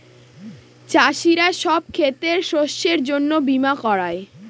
চাষীরা সব ক্ষেতের শস্যের জন্য বীমা করায়